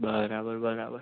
બરાબર બરાબર